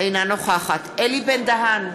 אינה נוכחת אלי בן-דהן,